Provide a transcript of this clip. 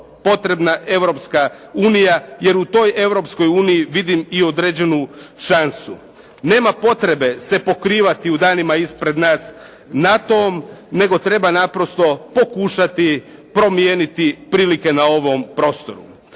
potrebna Europska unija, jer u toj Europskoj uniji vidim i određenu šansu. Nema potrebe se pokrivati u danima ispred nas NATO-om, nego treba naprosto pokušati promijeniti prilike na ovom prostoru.